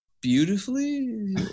beautifully